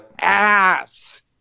ass